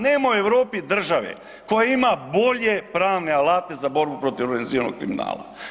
Nema u Europi države koja ima bolje pravne alate za borbu protiv organiziranog kriminala.